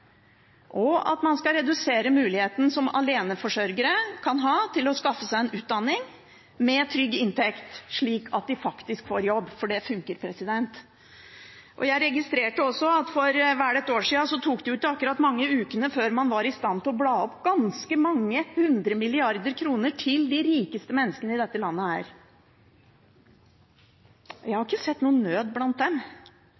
og at man skal redusere muligheten for aleneforsørgere til å skaffe seg en utdanning – med trygg inntekt – slik at de faktisk får jobb, for det funker. Jeg registrerte også at for vel ett år siden tok det ikke akkurat mange ukene før man var i stand til å bla opp ganske mange hundre milliarder kroner til de rikeste menneskene i dette landet. Jeg